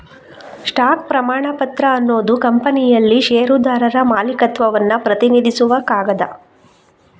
stock ಪ್ರಮಾಣಪತ್ರ ಅನ್ನುದು ಕಂಪನಿಯಲ್ಲಿ ಷೇರುದಾರರ ಮಾಲೀಕತ್ವವನ್ನ ಪ್ರತಿನಿಧಿಸುವ ಕಾಗದ